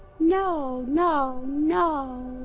no, no, no!